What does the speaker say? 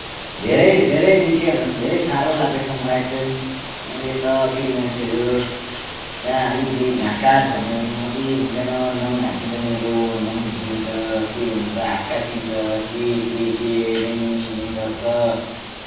धेरै धेरै निकै भन्दा पनि धेरै साह्रो लाग्दैछ मलाई चाहिँ अहिले त केटी मान्छेहरू त्यहाँ अलिकिति घाँस काट भन्यो भने अबुई हुँदैन मेरो नङ भाँच्चिन्छ नङ बिग्रिन्छ के हुन्छ हात काटिन्छ के के के याङ याङ याङ गर्छ